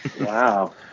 Wow